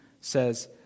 says